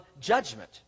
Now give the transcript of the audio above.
judgment